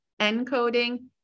encoding